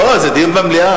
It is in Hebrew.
לא, זה דיון במליאה.